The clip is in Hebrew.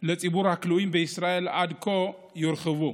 לציבור הכלואים בישראל עד כה יורחבו.